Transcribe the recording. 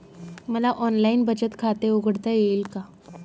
मला ऑनलाइन बचत खाते उघडता येईल का?